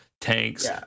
Tanks